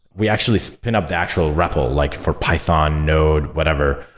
we actually spin up the actual repl like for python, node, whatever.